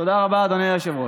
תודה רבה, אדוני היושב-ראש.